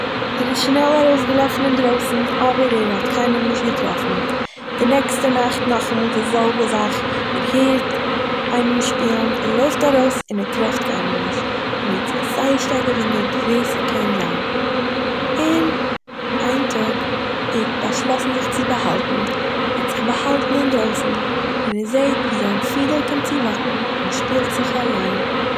ער איז שנעל ארויסגעלאפן אינדרויסן אבער ער האט קיינעם נישט געטראפן. די נעקסטע נאכט נאכאמאל די זעלבע זאך, ער הערט איינעם שפילן ער לויפט ארויס און ער טרעפט קיינעם נישט און ער האט זיך זייער שטארק געוואונדערט; ווי ס'קען זיין. און איין טאג, ער האט באשלאסן זיך צו באהאלטן, ער האט זיך באהאלטן אינדרויסן און ער זעהט ווי זיין פידל קומט צו וואקן, און שפילט זיך אליין